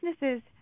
businesses